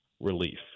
relief